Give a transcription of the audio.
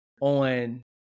on